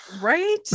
Right